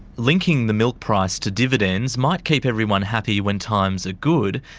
linking the milk price to dividends might keep everyone happy when times are good,